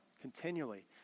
continually